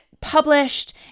published